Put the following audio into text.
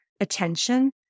attention